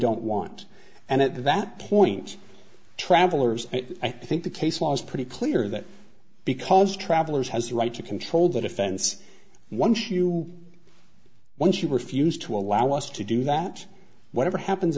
don't want and at that point travelers i think the case was pretty clear that because travelers has the right to control the defense once you once you refuse to allow us to do that whatever happens